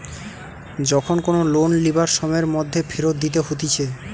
যখন কোনো লোন লিবার সময়ের মধ্যে ফেরত দিতে হতিছে